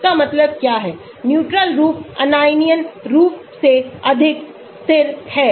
इसका मतलब क्या है न्यूट्रल रूप आयनियन रूप से अधिक स्थिर है